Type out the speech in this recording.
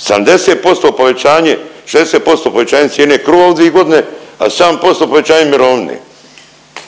70% povećanje, 60% povećanje cijene kruha u dvije godine, a 7% povećanje mirovine.